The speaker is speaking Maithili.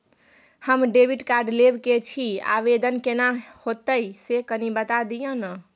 हम डेबिट कार्ड लेब के छि, आवेदन केना होतै से कनी बता दिय न?